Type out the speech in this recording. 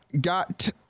got